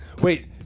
Wait